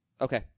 Okay